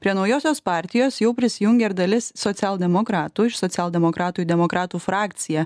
prie naujosios partijos jau prisijungė ir dalis socialdemokratų iš socialdemokratų į demokratų frakciją